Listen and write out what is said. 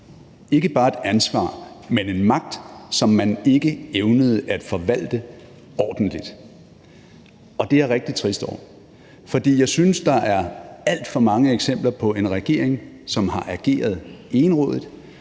regeringen et ansvar, men en magt, som man ikke evnede at forvalte ordentligt, og det er jeg rigtig trist over. For jeg synes, der er alt for mange eksempler på en regering, som har ageret enerådigt,